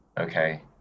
okay